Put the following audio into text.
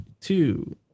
two